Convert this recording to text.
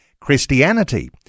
Christianity